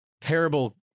terrible